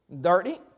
dirty